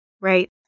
right